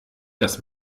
dass